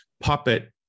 puppet